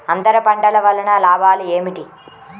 అంతర పంటల వలన లాభాలు ఏమిటి?